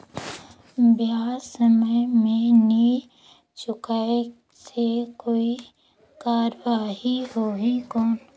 ब्याज समय मे नी चुकाय से कोई कार्रवाही होही कौन?